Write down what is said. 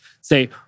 say